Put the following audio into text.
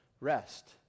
rest